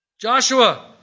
Joshua